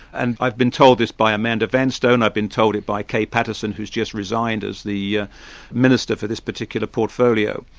and i've been told this by amanda vanstone, i've been told it by kay patterson, who's just resigned as the ah minister for this particular portfolio.